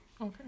Okay